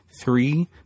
three